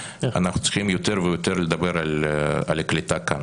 אנחנו צריכים יותר ויותר לדבר על הקליטה כאן